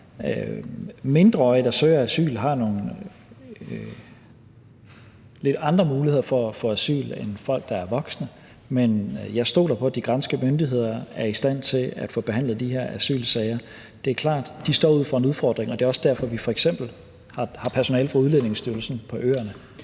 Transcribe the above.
Mindreårige, der søger asyl, har nogle lidt andre muligheder for at få asyl end folk, der er voksne, men jeg stoler på, at de græske myndigheder er i stand til at få behandlet de her asylsager. Det er klart, at de står over for en udfordring, og det er også derfor, at vi f.eks. har personale fra Udlændingestyrelsen på øerne.